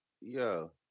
Yo